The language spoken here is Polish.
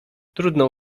trudno